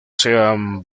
sean